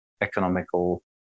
economical